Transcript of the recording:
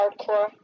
hardcore